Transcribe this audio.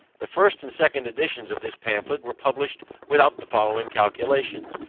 the first and second editions of this pamphlet were published without the following calculations,